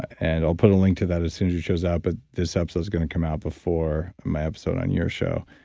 and i'll put a link to that as soon as your show's out, but this episode's going to come out before my episode on your show.